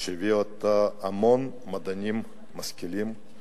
שהביאה אתה המון מדענים משכילים,